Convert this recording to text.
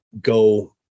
go